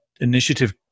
initiative